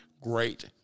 Great